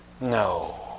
No